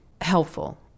helpful